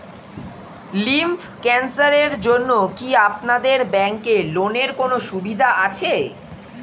Lymph ক্যানসারের জন্য কি আপনাদের ব্যঙ্কে লোনের কোনও সুবিধা আছে?